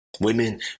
women